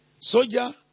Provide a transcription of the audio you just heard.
Soldier